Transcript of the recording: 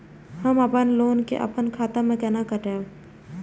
हम अपन लोन के अपन खाता से केना कटायब?